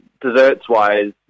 desserts-wise